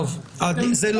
אני לא משבש את דיון הוועדה.